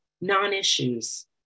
non-issues